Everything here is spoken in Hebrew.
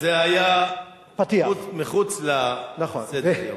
זה היה מחוץ לסדר-היום.